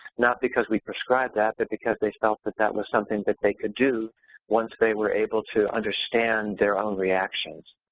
not because we prescribed that, but because they felt that that was something that they could do once they were able to understand their own reactions.